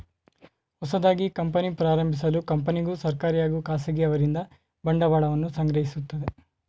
ಹೊಸದಾಗಿ ಕಂಪನಿ ಪ್ರಾರಂಭಿಸಲು ಕಂಪನಿಗೂ ಸರ್ಕಾರಿ ಹಾಗೂ ಖಾಸಗಿ ಅವರಿಂದ ಬಂಡವಾಳವನ್ನು ಸಂಗ್ರಹಿಸುತ್ತದೆ